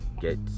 get